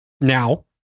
now